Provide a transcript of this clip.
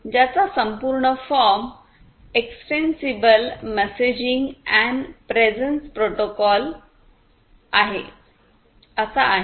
ज्याचा संपूर्ण form extensible messaging and presence प्रोटोकॉलअसा आहे